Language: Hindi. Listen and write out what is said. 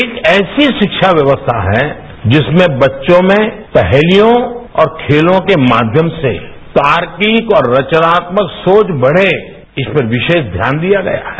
एक ऐसी शिक्षा व्यवस्था है जिसमें बच्चों में पहलियों और खेलों के माध्याम से तार्किक और रचनालक सोच बढ़े इस पर विशेष ध्यान दिया गया है